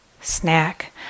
snack